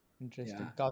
Interesting